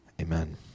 Amen